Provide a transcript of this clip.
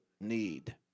need